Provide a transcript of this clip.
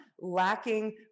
lacking